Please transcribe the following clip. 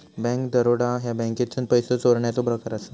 bank दरोडा ह्या बँकेतसून पैसो चोरण्याचो प्रकार असा